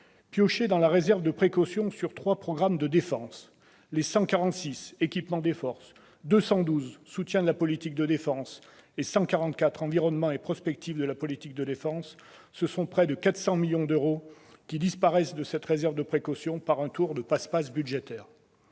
Piochés dans la réserve de précaution sur trois programmes de défense, le 146, « Équipement des forces », le 212, « Soutien de la politique de la défense », et le 144, « Environnement et prospective de la politique de défense », ce sont près de 400 millions d'euros qui disparaissent de la réserve de précaution par un tour de passe-passe budgétaire